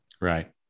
Right